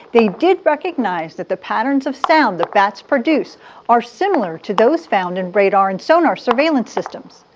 they did recognize that the patterns of sound the bats produce are similar to those found in radar and sonar surveillance systems.